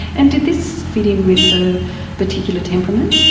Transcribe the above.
and did this fit in with her particular temperament?